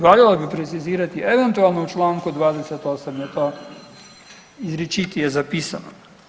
Valjalo bi precizirati eventualno u čl. 28. je to izričitije zapisano.